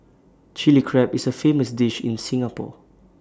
Chilli Crab is A famous dish in Singapore